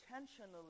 intentionally